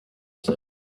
said